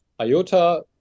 IOTA